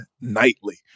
nightly